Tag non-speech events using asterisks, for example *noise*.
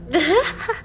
*laughs*